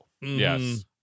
Yes